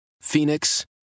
Phoenix